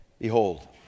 Behold